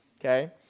Okay